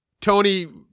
Tony